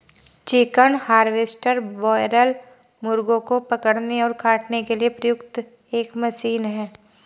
chicken harvester broiler मुर्गों को पकड़ने और काटने के लिए प्रयुक्त एक मशीन है